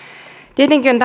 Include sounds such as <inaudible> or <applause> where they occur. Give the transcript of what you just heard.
tietenkin on <unintelligible>